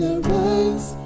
rise